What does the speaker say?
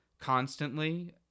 constantly